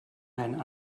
men